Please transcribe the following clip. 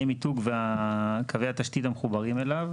מיתוג וקווי התשתית המחוברים אליו,